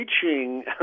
teaching